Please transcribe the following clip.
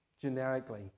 generically